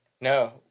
No